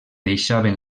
deixaven